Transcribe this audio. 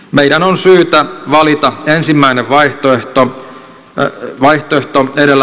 meidän on syytä valita ensimmäinen vaihtoehto edellä mainituista